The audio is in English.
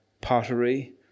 Pottery